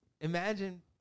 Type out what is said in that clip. imagine